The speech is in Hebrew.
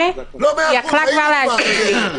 עד 18. השאלה הגדולה שמסתובבת כבר מיום חמישי,